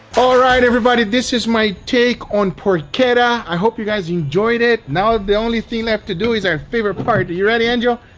all right everybody this is my take on porchetta. i hope you guys enjoyed it. now ah the only thing left to do is our favorite part. you ready angel? oh